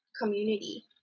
community